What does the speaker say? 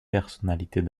personnalités